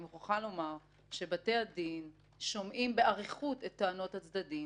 ואני מוכרחה לומר שבתי הדין שומעים באריכות את טענות הצדדים